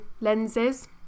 lenses